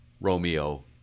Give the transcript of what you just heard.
Romeo